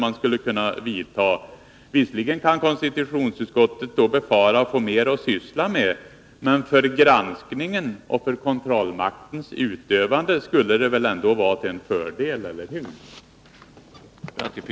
Visserligen kan det befaras att konstitutionsutskottet då får mer att arbeta med, men för granskningen och för kontrollmaktens utövande skulle det väl ändå vara till fördel, eller hur?